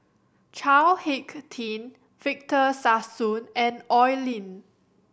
Chao Hick Tin Victor Sassoon and Oi Lin